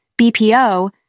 BPO